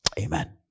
Amen